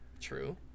True